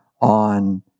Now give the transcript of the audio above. on